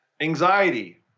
anxiety